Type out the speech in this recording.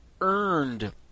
earned